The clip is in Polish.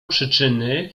przyczyny